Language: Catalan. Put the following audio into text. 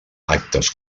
actes